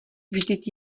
vždyť